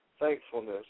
Thankfulness